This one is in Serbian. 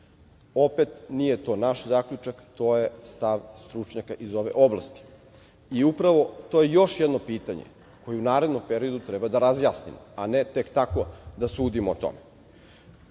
nije to naš zaključak, to je stav stručnjaka iz ove oblasti. To je još jedno pitanje koje u narednom periodu treba da razjasnimo, a ne tek tako da sudimo o